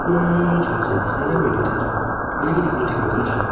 आम्मामा छ हजार त साह्रै भयो नि दाजु अलिकति कम्ती गरिदिनुहोस् न